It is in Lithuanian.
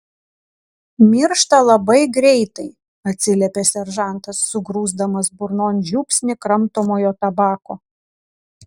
miršta labai greitai atsiliepė seržantas sugrūsdamas burnon žiupsnį kramtomojo tabako